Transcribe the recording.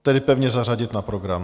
Tedy pevně zařadit na program.